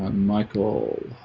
michael